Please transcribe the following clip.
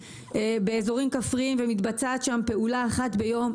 באוזרים כפריים ומתבצעת שם פעולה אחת ביום,